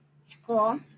school